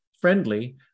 friendly